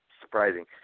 surprising